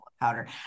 powder